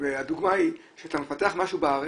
הדוגמה היא שאתה מפתח משהו בארץ,